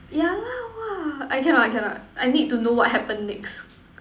yeah lah !wah! I cannot I cannot I need to know what happen next